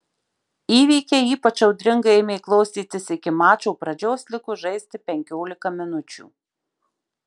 įvykiai ypač audringai ėmė klostytis iki mačo pradžios likus žaisti penkiolika minučių